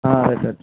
ಹಾಂ ಆಯ್ತು ಆಯ್ತು